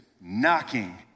knocking